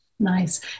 nice